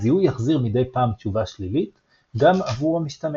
הזיהוי יחזיר מדי פעם תשובה שלילית גם עבור המשתמש.